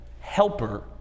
helper